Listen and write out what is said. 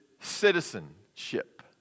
citizenship